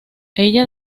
ella